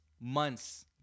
months